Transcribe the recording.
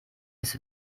ist